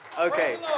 Okay